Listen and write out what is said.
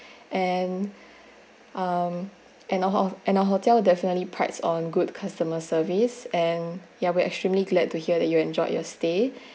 and um and our hot~ our hotel definitely prides on good customer service and ya we're extremely glad to hear that you enjoyed your stay